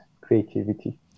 creativity